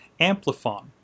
Amplifon